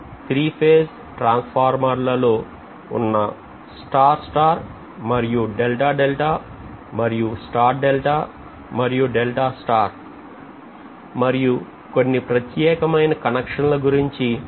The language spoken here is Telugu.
త్రీ ఫేజ్ ట్రాన్స్ఫార్మర్ లలో ఉన్న స్టార్ స్టార్ మరియు డెల్టా డెల్టా మరియు స్టార్ డెల్టా మరియు డెల్టా స్టార్ మరియు కొన్ని ప్రత్యేకమైన కనక్షన్ల గురించి తెలుసుకుందాం